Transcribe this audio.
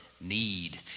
need